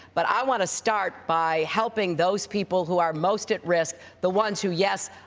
but i want to start by helping those people who are most at risk, the ones who, yes,